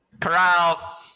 Corral